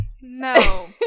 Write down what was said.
No